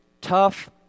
tough